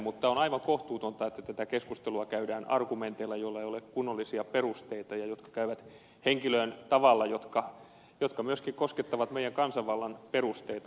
mutta on aivan kohtuutonta että tätä keskustelua käydään argumenteilla joilla ei ole kunnollisia perusteita ja jotka käyvät henkilöön tavalla joka myöskin koskettaa meidän kansanvallan perusteita